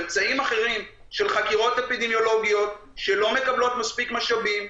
אמצעים אחרים של חקירות אפידמיולוגיות שלא מקבלות מספיק משאבים,